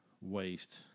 waste